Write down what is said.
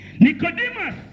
Nicodemus